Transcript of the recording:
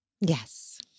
Yes